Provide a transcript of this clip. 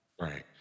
Right